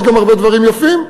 יש גם הרבה דברים יפים,